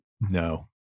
No